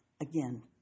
again